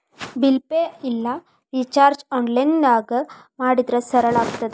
bill pay ಇಲ್ಲಾ ರಿಚಾರ್ಜ್ನ ಆನ್ಲೈನ್ದಾಗ ಮಾಡಿದ್ರ ಸರಳ ಆಗತ್ತ